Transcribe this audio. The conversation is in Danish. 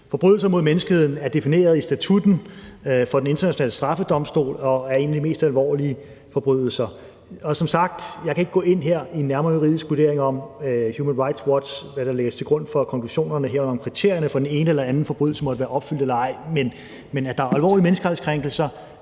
Forbrydelser mod menneskeheden er defineret i statutten for Den Internationale Straffedomstol og er en af de mest alvorlige forbrydelser. Som sagt: Jeg kan ikke her gå ind i en nærmere juridisk vurdering af, hvad der lægges til grund for Human Rights Watchs konklusioner, herunder om kriterierne for den ene eller den anden forbrydelse måtte være opfyldt eller ej, men at der er alvorlige menneskerettighedskrænkelser,